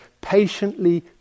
Patiently